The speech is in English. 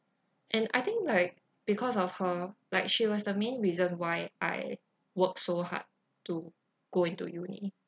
and I think like because of her like she was the main reason why I worked so hard to go into uni